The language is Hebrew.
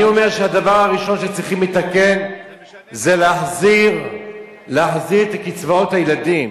אני אומר שהדבר הראשון שצריך לתקן זה להחזיר את קצבאות הילדים.